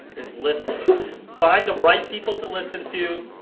is listening. find the right people to listen to,